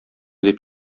дип